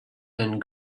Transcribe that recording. and